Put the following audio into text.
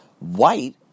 White